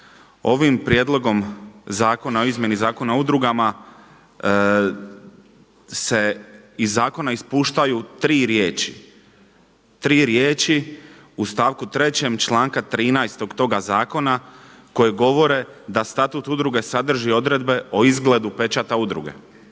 Ovim Prijedlogom zakona o izmjeni Zakona o udrugama se iz zakona ispuštaju tri riječi, tri riječi: u stavku trećem članka 13. toga zakona koji govore da Statut udruge sadrži odredbe o izgledu pečata udruge.